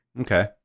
Okay